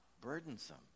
burdensome